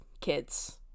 kids